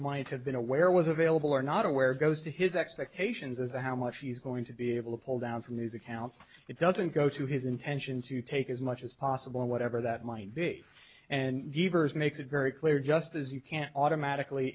might have been aware was available or not aware goes to his expectations as to how much he's going to be able to pull down from news accounts it doesn't go to his intention to take as much as possible whatever that might be and givers makes it very clear just as you can't automatically